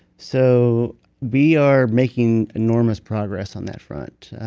so we are making enormous progress on that front,